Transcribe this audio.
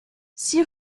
six